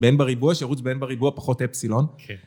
בN בריבוע, שירוץ בN בריבוע פחות אפסילון.